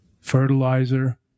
fertilizer